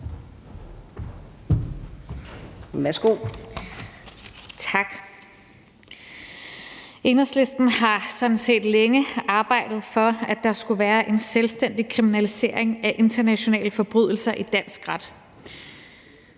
(EL): Tak. Enhedslisten har sådan set længe arbejdet for, at der skulle være en selvstændig kriminalisering af internationale forbrydelser i dansk ret.